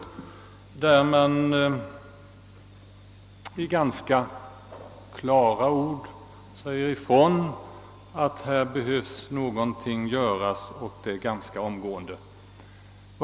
I skrivelsen säger man i ganska klara ordalag ifrån att här behövs göras någonting och det ganska omgående.